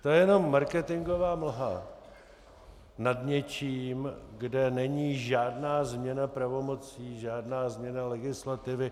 To je jenom marketingová mlha nad něčím, kde není žádná změna pravomocí, žádná změna legislativy.